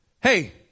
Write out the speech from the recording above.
Hey